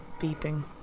beeping